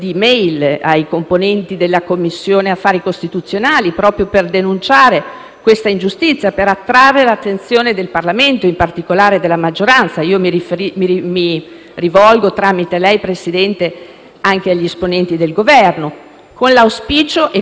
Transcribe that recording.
questa ingiustizia e attrarre l'attenzione del Parlamento, in particolare della maggioranza. Mi rivolgo, tramite lei Presidente, anche gli esponenti del Governo con l'auspicio che si tenga conto di queste istanze. Proprio quest'oggi